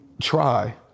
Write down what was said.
try